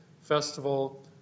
festival